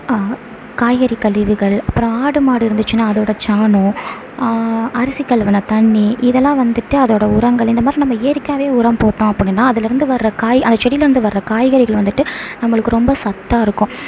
காய்கறி கழிவுகள் அப்புறோம் ஆடு மாடு இருந்துச்சுன்னா அதோட சாணம் அரிசி கழுவின தண்ணி இதெலாம் வந்துவிட்டு அதோட உரங்கள் இந்த மாதிரி நம்ம இயற்கையாகவே உரம் போட்டோம் அப்படினா அதில் இருந்து வர்ற காய் அந்த செடியில இருந்து வர்ற காய்கறிகள் வந்துவிட்டு நம்மளுக்கு ரொம்ப சத்தாக இருக்கும்